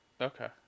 Okay